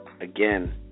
Again